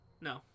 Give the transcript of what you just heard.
no